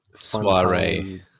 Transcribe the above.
soiree